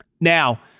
Now